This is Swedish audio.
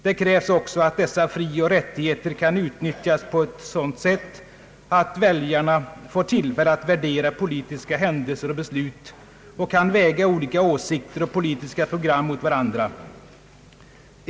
Det krävs också att dessa frioch rättigheter kan utnyttjas på ett sådant sätt att väljarna får tillfälle att värdera politiska händelser och beslut och kan väga olika åsikter och politiska program mot varandra.